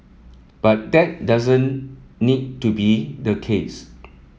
but that doesn't need to be the case